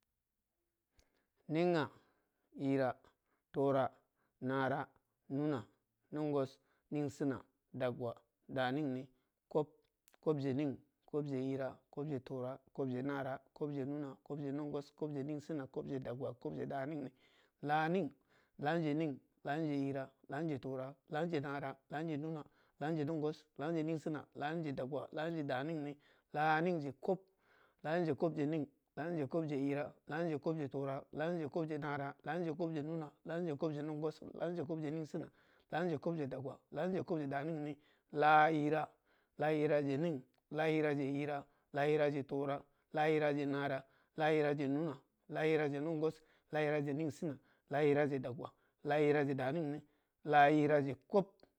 Ning aa, jira, tura, nara muna nungus, neng sina, daagwa, daa nengni, koob, koob jee neng, koob jee jira, koob jee tora, koob jee nara, koob jee nuna, koob jee nungus, koob jee ning sina, kooje daa ming ru, laaming, laanjugje ning, laningje jira, laamingje tura, laaninje nara, laninjje nungus, laaminigje ning sina, laamingje dagwa, laamingje daa ningni, laamingje koob, lanuingje koobje ning, lamingje koobje jrra, laamingje koobje tura laaningje koobje nara, laaningje koobje nungus, laaningje koobje neng sina laaningje koobje dagwa, laaningje koobje ningsina, laaningje koobje damungne, laajjra, laa irije ning, laa jrrije jrra, laajirije tura, laairje nara, laa jrraje nuna, laajrraje nugwa laa jrraje ning sina, laaijraje dagwa laa jrraje daa mingni, laa ijraje koob.